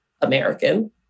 American